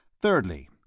Thirdly